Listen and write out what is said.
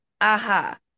aha